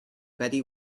betty